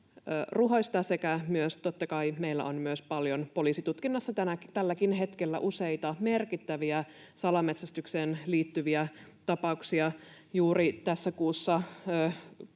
kai, meillä on paljon poliisitutkinnassa tälläkin hetkellä useita merkittäviä salametsästykseen liittyviä tapauksia. Juuri tässä kuussa